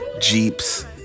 Jeeps